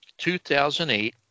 2008